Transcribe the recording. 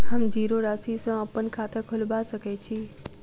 हम जीरो राशि सँ अप्पन खाता खोलबा सकै छी?